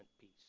piece